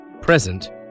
present